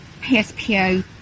pspo